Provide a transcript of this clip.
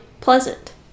Pleasant